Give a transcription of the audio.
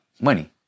money